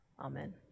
Amen